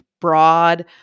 broad